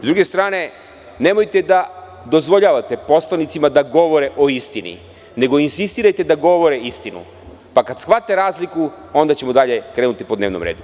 S druge strane, nemojte da dozvoljavate poslanicima da govore o istini, nego insistirajte da govore istinu, pa kad shvate razliku, onda ćemo dalje krenuti po dnevnom redu.